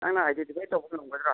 ꯅꯪꯅ ꯍꯥꯏꯗꯦꯟꯇꯤꯐꯥꯏ ꯇꯧꯕ ꯉꯝꯒꯗ꯭ꯔꯥ